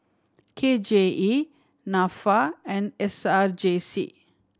K J E Nafa and S R J C